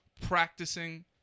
practicing